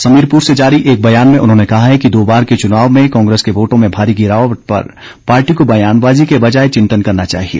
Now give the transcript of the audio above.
समीरपुर से जारी एक बयान में उन्होंने कहा है कि दो बार के चुनाव में कांग्रेस के वोटों में भारी गिरावट पर पार्टी को बयानबाजी के बजाए चिंतन करना चाहिए